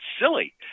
silly